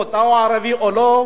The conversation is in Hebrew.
או למוצאו הערבי או לא,